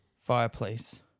fireplace